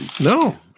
No